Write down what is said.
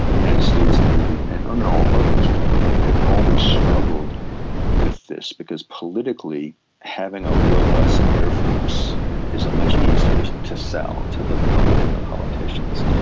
united states navy and and and others really, have always struggled with this because politically having a robust air force is much easier to sell to the public and the politicians.